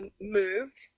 moved